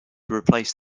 replace